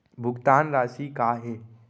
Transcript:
भुगतान राशि का हे?